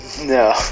No